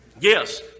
Yes